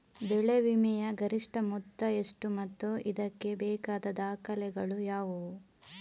ಬೆಳೆ ವಿಮೆಯ ಗರಿಷ್ಠ ಮೊತ್ತ ಎಷ್ಟು ಮತ್ತು ಇದಕ್ಕೆ ಬೇಕಾದ ದಾಖಲೆಗಳು ಯಾವುವು?